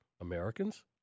Americans